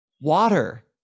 water